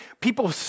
People